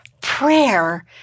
prayer